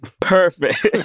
perfect